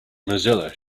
mozilla